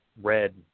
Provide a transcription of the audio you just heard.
red